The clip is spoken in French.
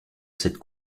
cette